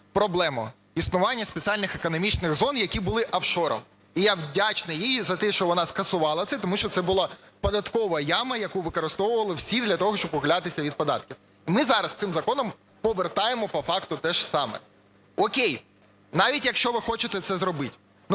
проблему, існування спеціальних економічних зон, які були в офшорах. І я вдячній їй за те, що вона скасувала це, тому що це була "податкова яма", яку використовували всі для того, щоб ухилятися від податків, ми зараз цим законом повертаємо по факту те ж саме. О'кей, навіть якщо ви хочете це зробити.